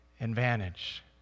advantage